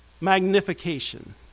magnification